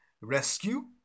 Rescue